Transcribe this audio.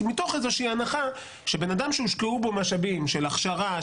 כי מתוך איזה שהיא הנחה שבן אדם שהושקעו בו משאבים של הכשרה,